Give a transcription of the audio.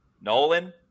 Nolan